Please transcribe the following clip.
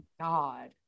god